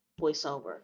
voiceover